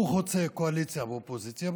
הוא חוצה קואליציה ואופוזיציה.